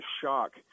shock